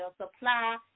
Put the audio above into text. supply